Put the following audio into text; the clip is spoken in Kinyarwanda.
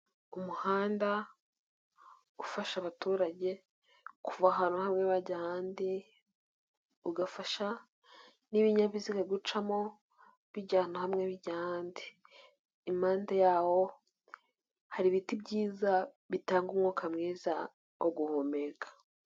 Umuhanda ufasha abaturage kuva ahantu hamwe bajya ahandi, ugafasha n'ibinyabiziga gucamo bijyana hamwe bijya ahandi, impande yawo hari ibiti byiza bitanga umwuka mwiza wo guhumeka.